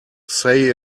say